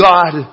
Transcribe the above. God